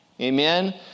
amen